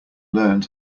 learned